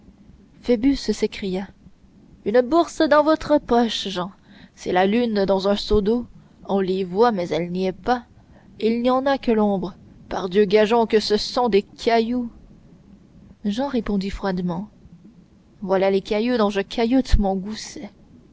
phoebus s'écria une bourse dans votre poche jehan c'est la lune dans un seau d'eau on l'y voit mais elle n'y est pas il n'y en a que l'ombre pardieu gageons que ce sont des cailloux jehan répondit froidement voilà les cailloux dont je cailloute mon